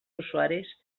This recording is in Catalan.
usuaris